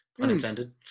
Unintended